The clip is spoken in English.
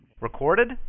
recorded